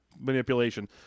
manipulation